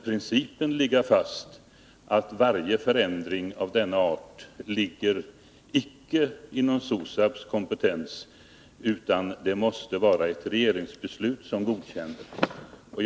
Principen att ingen förändring av denna art ligger inom SOSAB:s kompetens måste stå fast. Det måste vara ett regeringsbeslut bakom en sådan ändring.